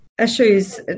Issues